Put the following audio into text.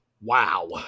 wow